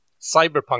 cyberpunk